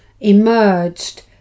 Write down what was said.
emerged